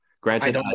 Granted